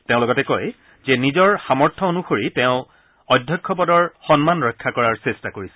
তেওঁ কয় যে নিজৰ সামৰ্থ্য অনুসৰি তেওঁ অধ্যক্ষ পদৰ সন্মান ৰক্ষা কৰাৰ চেষ্টা কৰিছিল